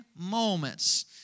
moments